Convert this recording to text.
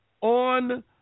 on